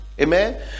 amen